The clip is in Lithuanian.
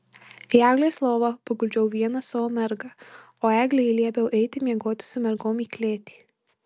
į eglės lovą paguldžiau vieną savo mergą o eglei liepiau eiti miegoti su mergom į klėtį